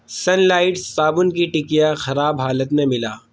Sunlight صابن کی ٹکیا خراب حالت میں ملا